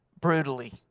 brutally